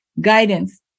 guidance